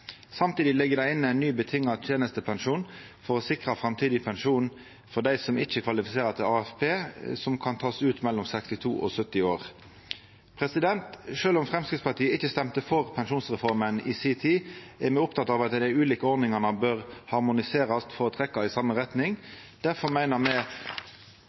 Samtidig ligg det inne ein ny betinga tenestepensjon for å sikra framtidig pensjon for dei som ikkje kvalifiserer til AFP, som ein kan ta ut mellom 62 og 70 år. Sjølv om Framstegspartiet i si tid ikkje stemte for pensjonsreforma, er me opptekne av at dei ulike ordningane bør harmoniserast for å trekkja i same retning. Difor meiner me